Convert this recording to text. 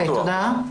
בבקשה.